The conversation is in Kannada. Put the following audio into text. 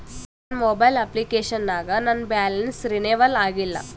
ನನ್ನ ಮೊಬೈಲ್ ಅಪ್ಲಿಕೇಶನ್ ನಾಗ ನನ್ ಬ್ಯಾಲೆನ್ಸ್ ರೀನೇವಲ್ ಆಗಿಲ್ಲ